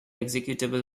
executable